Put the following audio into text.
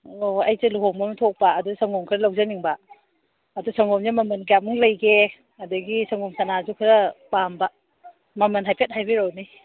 ꯑꯣ ꯑꯩꯁꯦ ꯂꯨꯍꯣꯡꯕ ꯑꯃ ꯊꯣꯛꯄ ꯑꯗꯨꯗ ꯁꯉꯣꯝ ꯈꯔꯥ ꯂꯧꯖꯅꯤꯡꯕ ꯑꯗꯣ ꯁꯪꯒꯣꯝꯁꯦ ꯃꯃꯜ ꯀꯌꯥꯃꯨꯛ ꯂꯩꯒꯦ ꯑꯗꯨꯗꯒꯤ ꯁꯪꯒꯣꯝ ꯁꯅꯥꯁꯨ ꯈꯔ ꯄꯥꯝꯕ ꯃꯃꯜ ꯍꯥꯏꯐꯦꯠ ꯍꯥꯏꯕꯤꯔꯛꯎꯅꯦ